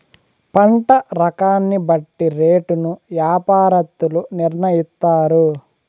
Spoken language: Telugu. పంట రకాన్ని బట్టి రేటును యాపారత్తులు నిర్ణయిత్తారు